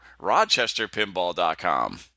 rochesterpinball.com